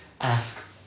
ask